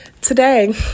today